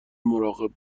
مراقب